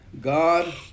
god